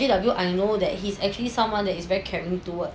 J_W I know that he's actually someone that is very caring towards